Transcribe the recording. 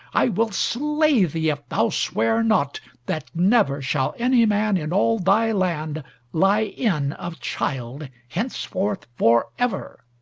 i will slay thee if thou swear not that never shall any man in all thy land lie in of child henceforth for ever.